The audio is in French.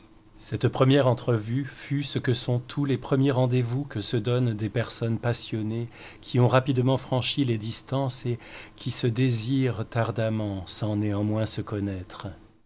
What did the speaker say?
cette première entrevue fut ce que sont tous les premiers rendez-vous que se donnent des personnes passionnées qui ont rapidement franchi les distances et qui se désirent ardemment sans néanmoins se connaître